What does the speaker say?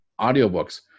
audiobooks